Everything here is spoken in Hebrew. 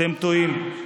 אתם טועים.